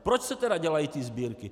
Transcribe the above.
Proč se tedy dělají ty sbírky?